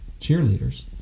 cheerleaders